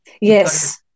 Yes